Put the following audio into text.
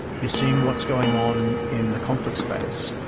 you're seeing what's going on in the conflict space.